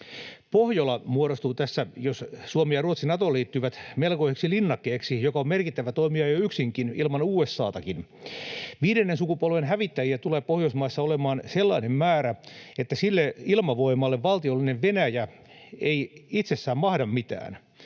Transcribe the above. Pohjola muodostuu tässä, jos Suomi ja Ruotsi Natoon liittyvät, melkoiseksi linnakkeeksi, joka on merkittävä toimija jo yksinkin, ilman USA:takin. Viidennen sukupolven hävittäjiä tulee Pohjoismaissa olemaan sellainen määrä, että sille ilmavoimalle valtiollinen Venäjä ei itsessään mahda mitään.